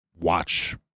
watch